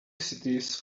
cities